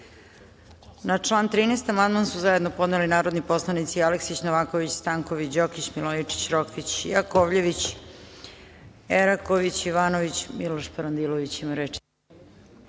član 13. amandman su zajedno podneli narodni poslanici Aleksić, Novaković, Stanković, Đokić, Milojičić, Rokvić, Jakovljević, Eraković, Ivanović, Miloš Parandilović ima reč.